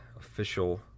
official